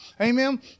Amen